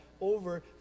over